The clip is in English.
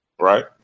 Right